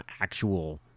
actual